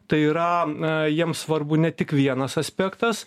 tai yra na jiems svarbu ne tik vienas aspektas